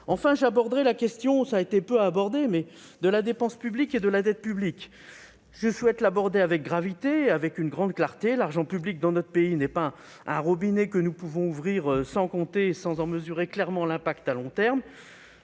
Enfin, j'aborderai la question, peu évoquée jusque-là, de la dépense publique et de la dette publique. Je le réaffirme avec gravité et une grande clarté : l'argent public dans notre pays ne provient pas d'un robinet que nous pouvons ouvrir sans compter et sans en mesurer clairement l'impact à long terme.